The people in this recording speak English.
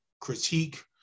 critique